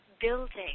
building